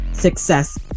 success